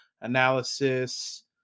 analysis